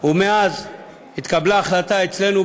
ומאז התקבלה החלטה אצלנו,